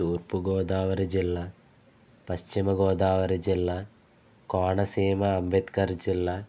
తూర్పు గోదావరి జిల్లా పశ్చిమ గోదావరి జిల్లా కోనసీమ అంబేద్కర్ జిల్లా